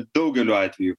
daugeliu atvejų